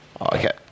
okay